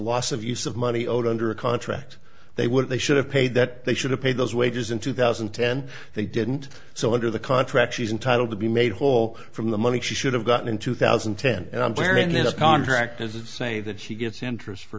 loss of use of money owed under a contract they would they should have paid that they should have paid those wages in two thousand and ten they didn't so under the contract she's entitled to be made whole from the money she should have gotten in two thousand and ten and i'm very end of contract as to say that he gets interest for